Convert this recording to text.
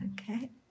okay